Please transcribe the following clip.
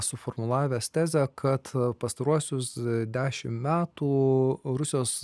suformulavęs tezę kad pastaruosius dešimt metų rusijos